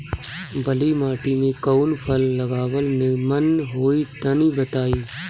बलुई माटी में कउन फल लगावल निमन होई तनि बताई?